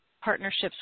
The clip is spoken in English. partnerships